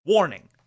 Warning